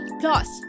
plus